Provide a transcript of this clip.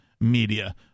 media